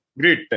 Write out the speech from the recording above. Great